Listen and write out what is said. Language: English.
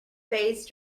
phase